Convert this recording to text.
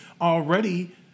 already